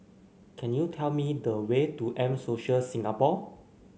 can you tell me the way to M Social Singapore